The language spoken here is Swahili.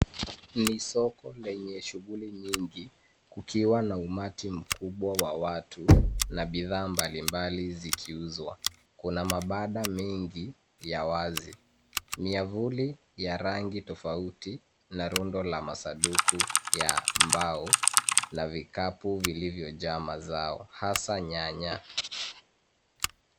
Ni soko lenye shughuli nyingi, kukiwa na umati mkubwa wa watu na bidhaa mbalimbali zikiuzwa. Kuna mabanda mengi ya wazi. Miavuli ya rangi tofauti na rundo la masanduku ya mbao la vikapu vilivyojaa mazao hasa nyanya.